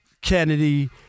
Kennedy